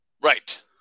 Right